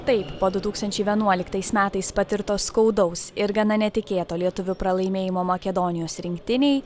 taip po du tūkstančiai vienuoliktais metais patirto skaudaus ir gana netikėto lietuvių pralaimėjimo makedonijos rinktinei